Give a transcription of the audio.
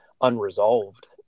unresolved